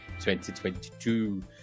2022